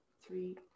Three